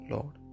Lord